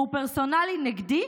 והוא פרסונלי נגדי,